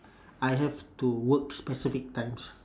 I have to work specific times